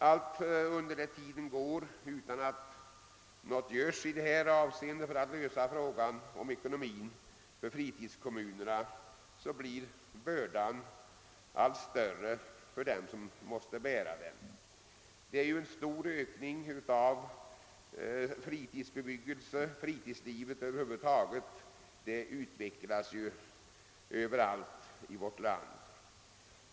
Allteftersom tiden går utan att något görs för att lösa frågan om ekonomin för fritidskommunerna blir bördan allt större för dem som måste bära den. Fritidsbebyggelsen och fritidslivet över huvud taget utvecklas ju kraftigt i hela vårt land.